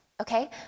Okay